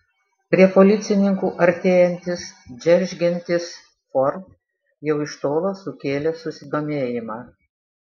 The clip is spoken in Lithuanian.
prie policininkų artėjantis džeržgiantis ford jau iš tolo sukėlė susidomėjimą